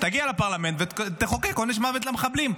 תגיע לפרלמנט ותחוקק עונש מוות למחבלים.